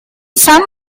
some